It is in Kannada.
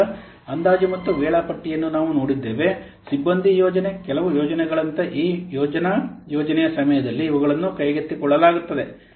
ಆದ್ದರಿಂದ ಅಂದಾಜು ಮತ್ತು ವೇಳಾಪಟ್ಟಿಯನ್ನು ನಾವು ನೋಡಿದ್ದೇವೆ ಸಿಬ್ಬಂದಿ ಯೋಜನೆ ಕೆಲವು ಯೋಜನೆಗಳಂತೆ ಈ ಯೋಜನಾ ಯೋಜನೆಯ ಸಮಯದಲ್ಲಿ ಇವುಗಳನ್ನು ಕೈಗೊಳ್ಳಲಾಗುತ್ತದೆ